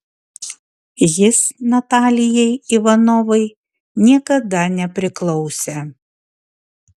jis natalijai ivanovai niekada nepriklausė